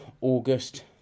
August